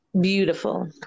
beautiful